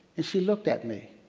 and she looked at me,